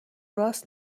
راس